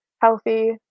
healthy